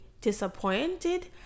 disappointed